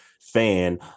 fan